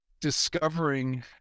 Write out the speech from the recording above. discovering